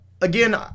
Again